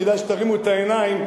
כדאי שתרימו את העיניים,